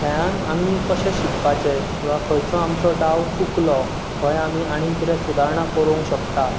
खेळान आमी कशें शिकपाचें किंवा खयचो आमचो डाव चुकलो खंय आमी आनी कितें सुधारणा करूंक शकता